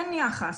אין יחס,